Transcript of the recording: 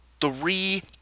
Three